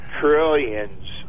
trillions